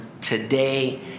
today